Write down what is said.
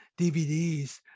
DVDs